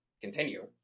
continue